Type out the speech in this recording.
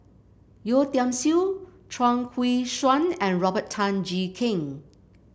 Yeo Tiam Siew Chuang Hui Tsuan and Robert Tan Jee Keng